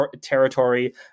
territory